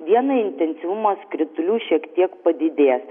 dieną intensyvumas kritulių šiek tiek padidės